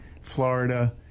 Florida